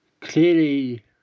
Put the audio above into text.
clearly